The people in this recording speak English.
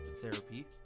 therapy